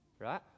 right